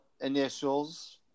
initials